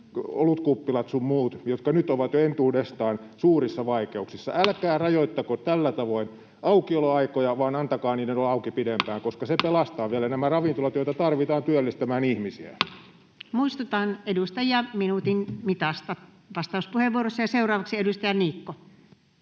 olutkuppilat sun muut, jotka nyt ovat jo entuudestaan suurissa vaikeuksissa. Älkää rajoittako tällä tavoin aukioloaikoja, vaan antakaa niiden olla auki pidempään, koska se pelastaa vielä nämä ravintolat, joita tarvitaan työllistämään ihmisiä. Muistutan edustajia minuutin mitasta vastauspuheenvuoroissa. — Seuraavaksi edustaja Niikko.